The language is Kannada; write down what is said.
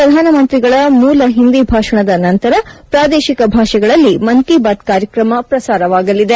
ಪ್ರಧಾನಮಂತ್ರಿಗಳ ಮೂಲ ಹಿಂದಿ ಭಾಷಣದ ನಂತರ ಪ್ರಾದೇಶಿಕ ಭಾಷೆಗಳಲ್ಲಿ ಮನ್ ಕಿ ಬಾತ್ ಕಾರ್ಯಕ್ರಮ ಪ್ರಸಾರವಾಗಲಿದೆ